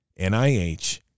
NIH